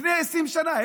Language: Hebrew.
לפני 20 שנה.